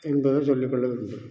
என்பதைச் சொல்லிக்கொள்ள விரும்புகிறேன்